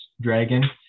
dragon